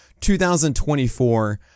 2024